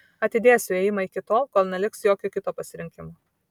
atidėsiu ėjimą iki tol kol neliks jokio kito pasirinkimo